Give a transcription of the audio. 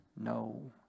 No